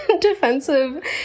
defensive